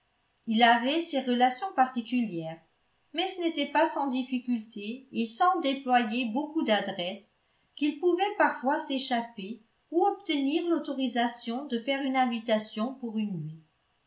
il avait ses relations particulières mais ce n'était pas sans difficulté et sans déployer beaucoup d'adresse qu'il pouvait parfois s'échapper ou obtenir l'autorisation de faire une invitation pour une nuit